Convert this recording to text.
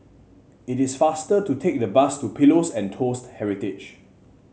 it is faster to take the bus to Pillows and Toast Heritage